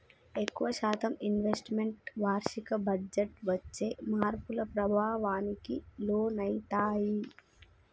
ఎక్కువ శాతం investments వార్షిక బడ్జెట్టు వచ్చే మార్పుల ప్రభావానికి లోనయితయ్యి